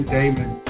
Damon